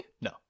No